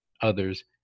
others